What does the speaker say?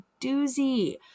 doozy